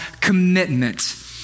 commitment